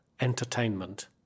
entertainment